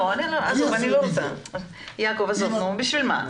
בשביל מה?